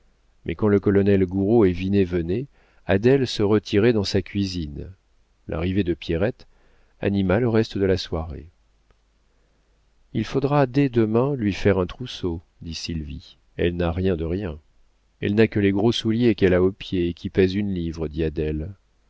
mais quand le colonel gouraud et vinet venaient adèle se retirait dans sa cuisine l'arrivée de pierrette anima le reste de la soirée il faudra dès demain lui faire un trousseau dit sylvie elle n'a rien de rien elle n'a que les gros souliers qu'elle a aux pieds et qui pèsent une livre dit